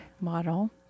model